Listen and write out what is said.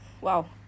Wow